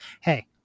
Hey